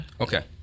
Okay